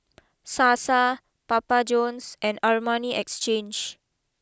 Sasa Papa Johns and Armani Exchange